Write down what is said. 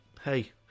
hey